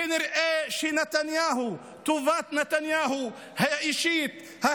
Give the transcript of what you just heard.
כנראה טובתו האישית של נתניהו,